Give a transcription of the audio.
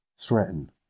Threaten